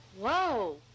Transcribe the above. Whoa